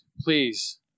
please